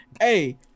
Hey